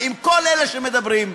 וכל אלה שמדברים,